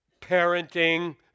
parenting